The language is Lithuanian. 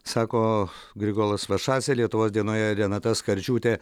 sako grigolas vašadzė lietuvos dienoje renata skardžiūtė